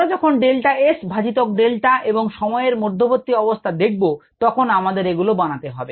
আমরা যখন delta S ভাজিতক ডেল্টা এবং সময়ের মধ্যবর্তী অবস্থা দেখব তখন আমাদের এগুলো বানাতে হবে